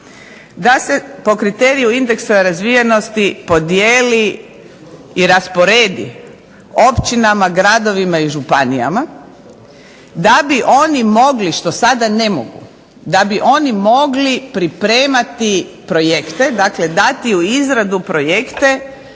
da se po kriteriju indeksa razvijenosti podijeli i rasporedi općinama, gradovima i županijama da bi oni mogli, što sada ne mogu da bi oni mogli pripremati projekte, dakle dati u izradu projekte